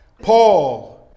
Paul